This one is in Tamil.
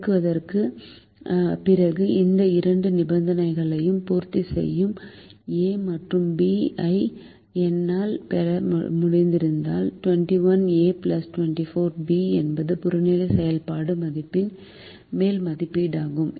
பெருக்கத்திற்குப் பிறகு இந்த இரண்டு நிபந்தனைகளையும் பூர்த்தி செய்யும் a மற்றும் b ஐ என்னால் பெற முடிந்தால் 21a 24b என்பது புறநிலை செயல்பாடு மதிப்பின் மேல் மதிப்பீடாகும்